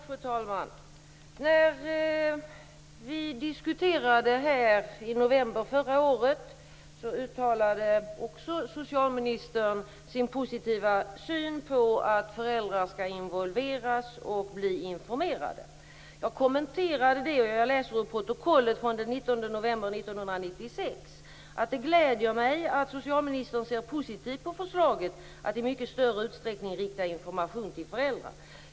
Fru talman! Vi diskuterade detta i november förra året. Också då uttalade socialministern sin positiva syn på att föräldrar skall involveras och bli informerade. Jag läser upp min kommentar ur protokollet från den 19 november 1996: "Det gläder mig att socialministern ser positivt på förslaget att i mycket större utsträckning rikta information till föräldrar.